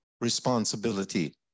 responsibility